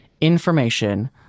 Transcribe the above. information